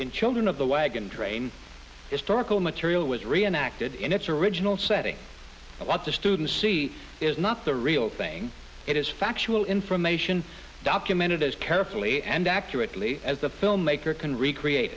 in children of the wagon train historical material was reenacted in its original setting of what the students see is not the real thing it is factual information documented as carefully and accurately as a filmmaker can recreate